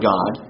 God